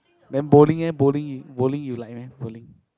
then bowling eh bowling you bowling you like meh bowling